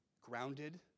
grounded